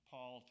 Paul